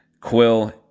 Quill